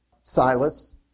Silas